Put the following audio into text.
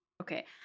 Okay